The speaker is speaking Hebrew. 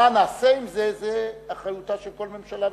מה נעשה עם זה, זאת אחריותה של כל ממשלה וממשלה.